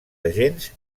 agents